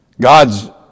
God's